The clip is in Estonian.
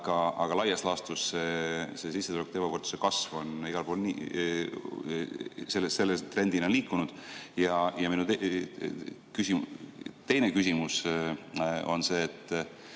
aga laias laastus see sissetulekute ebavõrdsuse kasv on igal pool sellise trendina liikunud. Ja minu teine küsimus on see: